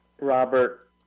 Robert